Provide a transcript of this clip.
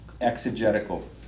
exegetical